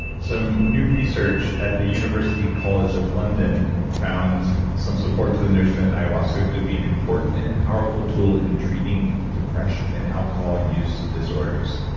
some new research at the university college of london found some support to the notion that ayahuasca could be an important and powerful tool in treating depression and alcohol use disorders.